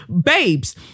babes